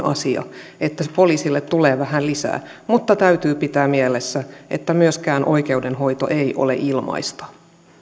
asia että poliisille tulee vähän lisää mutta täytyy pitää mielessä että myöskään oikeudenhoito ei ole ilmaista